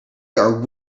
are